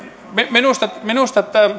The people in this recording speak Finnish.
minusta minusta